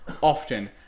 often